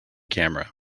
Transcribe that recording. camera